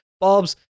Bob's